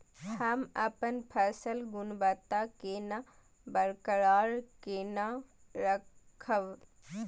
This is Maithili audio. हम अपन फसल गुणवत्ता केना बरकरार केना राखब?